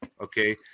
Okay